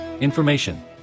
information